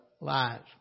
lives